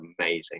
amazing